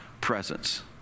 presence